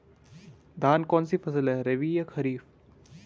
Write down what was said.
धान कौन सी फसल है रबी या खरीफ?